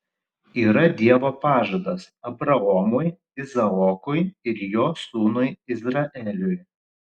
yra dievo pažadas abraomui izaokui ir jo sūnui izraeliui